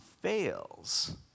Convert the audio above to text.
fails